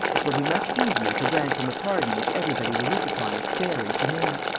it will be much easier to grant him a pardon which everybody will look upon as fair and humane.